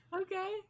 Okay